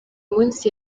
munsi